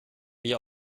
wir